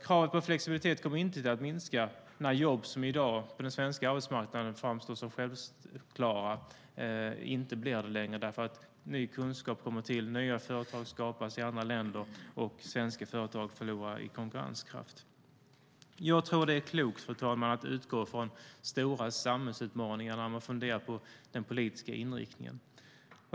Kravet på flexibilitet kommer inte att minska när jobb som i dag på den svenska arbetsmarknaden framstår som självklara inte blir det längre därför att ny kunskap kommer till, nya företag skapas i andra länder och svenska företag förlorar i konkurrenskraft. Jag tror att det är klokt, fru talman, att utgå från stora samhällsutmaningar när man funderar på den politiska inriktningen.